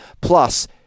Plus